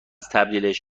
تبدیلش